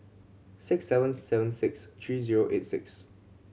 six seven seven six three zero eight six